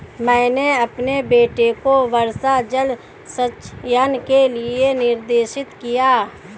मैंने अपने बेटे को वर्षा जल संचयन के लिए निर्देशित किया